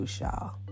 y'all